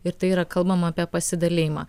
ir tai yra kalbama apie pasidalijimą